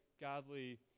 godly